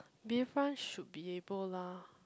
Bayfront should be able lah